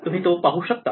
तुम्ही तो पाहू शकतात